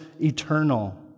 eternal